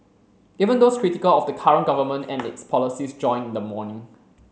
even those critical of the current government and its policies joined in the mourning